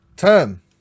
Term